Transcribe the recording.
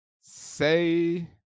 say